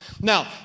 Now